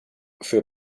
für